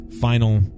final